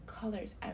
Colors